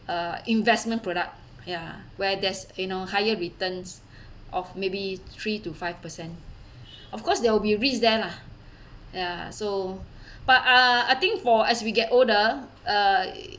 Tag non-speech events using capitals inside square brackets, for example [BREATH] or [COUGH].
uh investment product ya where there's you know higher returns [BREATH] of maybe three to five percent of course there will be risk there lah ya so [BREATH] but uh I think for as we get older uh